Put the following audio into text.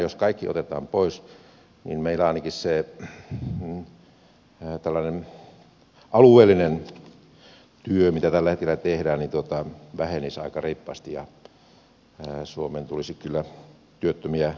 jos kaikki nämä otetaan pois niin meillä ainakin tällainen alueellinen työ mitä tällä hetkellä tehdään vähenisi aika reippaasti ja suomeen tulisi kyllä työttömiä sillä perusteella